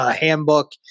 handbook